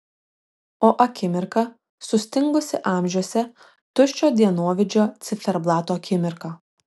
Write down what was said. o akimirka sustingusi amžiuose tuščio dienovidžio ciferblato akimirka